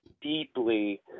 deeply